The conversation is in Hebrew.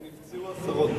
ונפצעו עשרות.